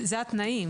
בסדר, אז מי מטעמו.